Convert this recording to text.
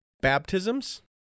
baptisms